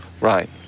Right